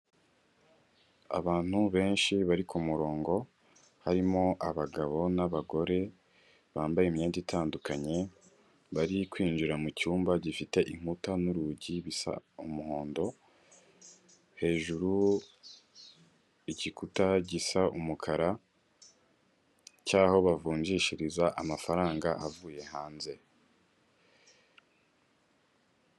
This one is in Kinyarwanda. Abantu benshi bari kumurongo harimo abagabo n'abagore bambaye imyenda itandukanye bari kwinjira mucyumba gifite inkuta n'urugi bisa umuhondo hejuru Igikuta gisa umukara cyaho bavunjishiriza amafaranga avuye hanze.